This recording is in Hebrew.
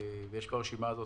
ויש ברשימה הזאת